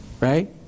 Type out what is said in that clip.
right